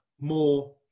more